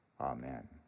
Amen